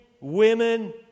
women